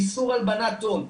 איסור הלבנת הון,